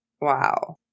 wow